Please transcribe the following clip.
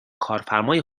کارفرمای